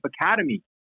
Academy